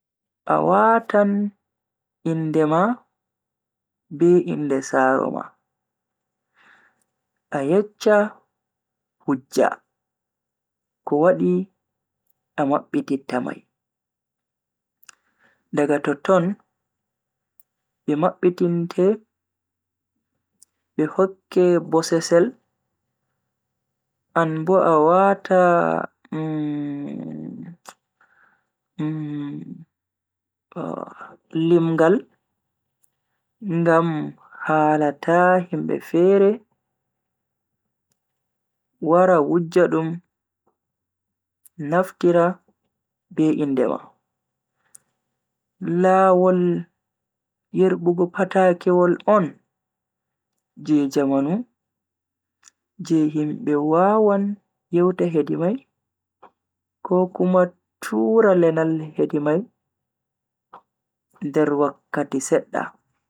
A watan inde ma be inde saaro ma, a yeccha hujja kowadi a mabbititta mai. Daga totton be mabbitinte be hokke bosesel anbo a wata limgal ngam hala ta himbe fere wara wujja dum naftira be inde ma. Lawol yerbugo patakewol on je jamanu je himbe wawan yewta hedi mai ko kuma tura lenal hedi mai nder wakkati sedda.